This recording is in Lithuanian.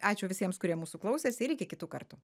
ačiū visiems kurie mūsų klausės ir iki kitų kartų